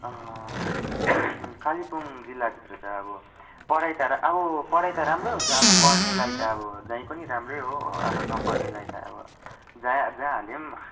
कालेबुङ जिल्लाभित्र त अब पढाई तर अब पढाई त राम्रो हुन्छ अब पढ्नेलाई त अब जहीँ पनि राम्रै हो अब नपढ्नेलाई त अब जहाँ जहाँ हाले पनि